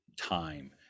time